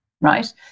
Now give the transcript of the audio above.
right